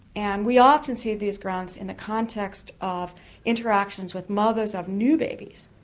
and we often see these grunts in the context of interactions with mothers of new babies,